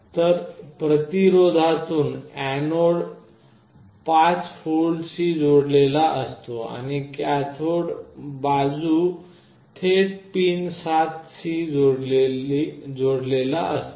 तर प्रतिरोधातून anode 5V शी जोडलेला असतो आणि कॅथोडची बाजू थेट पिन 7 शी जोडलेला असतो